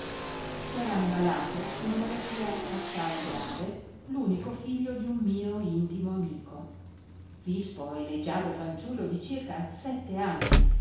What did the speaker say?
maggiormente sera ammalato duna malattia assai grave lunico figlio di un mio intimo amico vispo e leggiadro fanciullo di circa sette anni